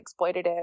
exploitative